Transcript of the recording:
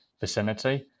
vicinity